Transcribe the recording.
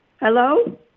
Hello